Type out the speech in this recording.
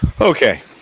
Okay